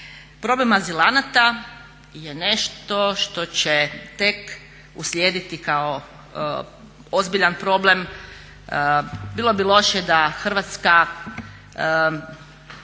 Problem azilanata je nešto što će tek uslijediti kao ozbiljan problem. Bilo bi loše da Hrvatska